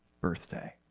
birthday